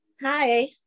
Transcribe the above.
Hi